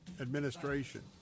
administration